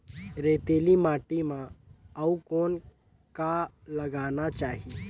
रेतीली माटी म अउ कौन का लगाना चाही?